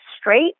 straight